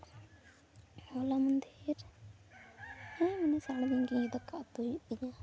ᱦᱚᱞᱟ ᱢᱟᱫᱷᱮᱨ ᱦᱮᱸ ᱤᱧ ᱫᱚ ᱥᱟᱨᱟ ᱫᱤᱱ ᱜᱮ ᱫᱟᱠᱟ ᱩᱛᱩᱭ ᱦᱩᱭᱩᱜ ᱛᱤᱧᱟᱹ